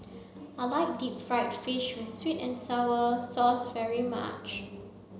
I like deep fried fish with sweet and sour sauce very much